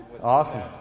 Awesome